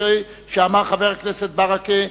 כפי שאמר חבר הכנסת ברכה,